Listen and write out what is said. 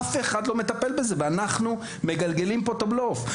אף אחד לא מטפל בזה ואנחנו מגלגלים פה את הבלוף.